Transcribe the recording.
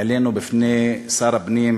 העלינו בפני שר הפנים,